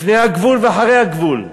לפני הגבול ואחרי הגבול,